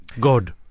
God